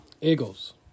Eagles